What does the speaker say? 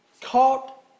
Caught